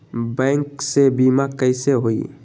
Bank से बिमा कईसे होई?